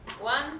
One